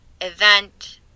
event